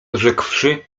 rzekłszy